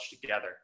together